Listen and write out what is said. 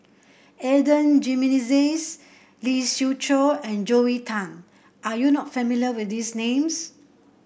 Adan Jimenez Lee Siew Choh and Joel Tan are you not familiar with these names